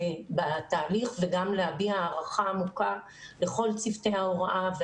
בתהליך וגם להביע הערכה עמוקה לכל צוותי ההוראה,